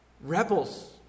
rebels